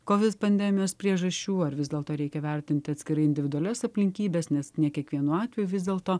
covid pandemijos priežasčių ar vis dėlto reikia vertinti atskirai individualias aplinkybes nes ne kiekvienu atveju vis dėlto